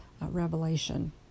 Revelation